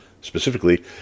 Specifically